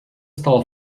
stal